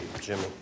Jimmy